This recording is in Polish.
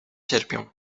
cierpią